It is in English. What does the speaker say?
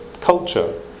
culture